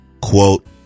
quote